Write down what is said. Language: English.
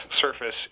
surface